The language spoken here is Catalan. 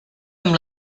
amb